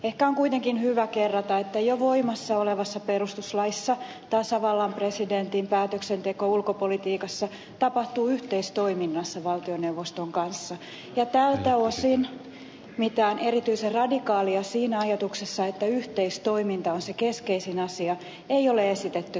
ehkä on kuitenkin hyvä kerrata että jo voimassa olevassa perustuslaissa tasavallan presidentin päätöksenteko ulkopolitiikassa tapahtuu yhteistoiminnassa valtioneuvoston kanssa ja tältä osin mitään erityisen radikaalia siinä ajatuksessa että yhteistoiminta on se keskeisin asia ei ole esitetty